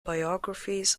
biographies